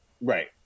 Right